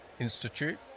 institute